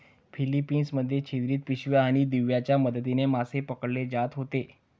Philippines मध्ये छिद्रित पिशव्या आणि दिव्यांच्या मदतीने मासे पकडले जात होते